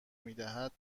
میدهد